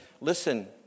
listen